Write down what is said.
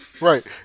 right